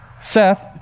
Seth